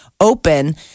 Open